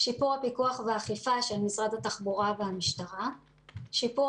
שיפור הפיקוח והאכיפה של משרד התחבורה והמשטרה; שיפור